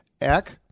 Eck